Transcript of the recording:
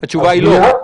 התשובה היא לא?